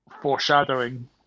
Foreshadowing